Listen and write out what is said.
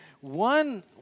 One